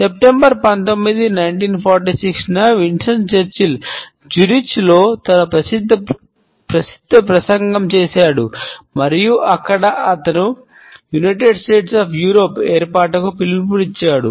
September 19 1946 న Winston Churchill ఏర్పాటుకు పిలుపునిచ్చాడు